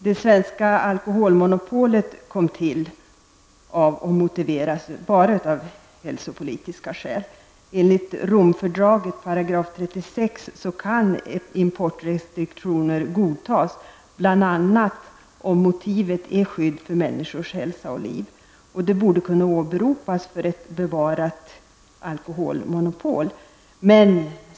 Det svenska alkoholmonopolet kom till av och motiveras enbart med hälsopolitiska skäl. Enligt Romfördragets 36 § kan importrestriktioner godtas bl.a. om motivet är skydd för människors hälsa och liv. Det borde kunna åberopas för ett bevarat alkoholmonopol.